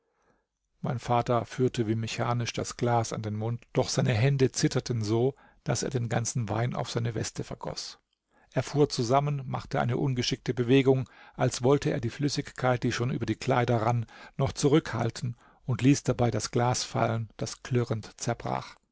mein vater führte wie mechanisch das glas an den mund doch seine hände zitterten so daß er den ganzen wein auf seine weste vergoß er fuhr zusammen machte eine ungeschickte bewegung als wollte er die flüssigkeit die schon über die kleider rann noch zurückhalten und ließ dabei das glas fallen das klirrend zerbrach